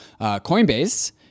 Coinbase